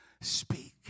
speak